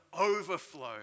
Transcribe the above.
overflow